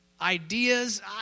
ideas